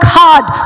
hard